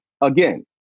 Again